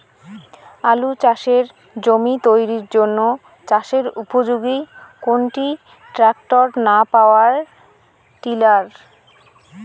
আলু চাষের জমি তৈরির জন্য চাষের উপযোগী কোনটি ট্রাক্টর না পাওয়ার টিলার?